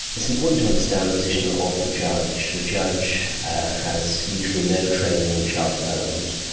it's important to understand the position of the judge. the judge has usually no training in child development,